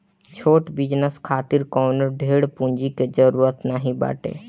छोट बिजनेस खातिर कवनो ढेर पूंजी के जरुरत नाइ बाटे